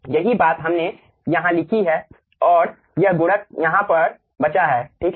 यही बात हमने यहाँ लिखी है और यह गुणक यहाँ पर बचा है ठीक है